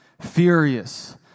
Furious